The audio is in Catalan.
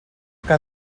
que